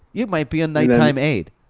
it might be a nighttime aid.